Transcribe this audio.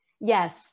Yes